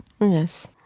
yes